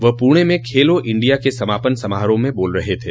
वह पुणे में खेलो इंडिया के समापन समारोह में बोल रहे थे